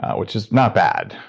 which is not bad,